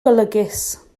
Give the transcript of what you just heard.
golygus